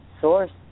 source